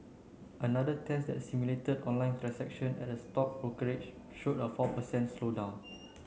another test that simulated online transactions at a stock brokerage showed a four per cent slowdown